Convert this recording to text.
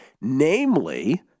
namely